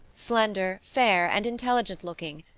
slender, fair, and intelligent looking,